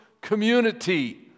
community